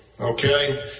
Okay